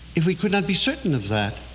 if we could not be certain of that.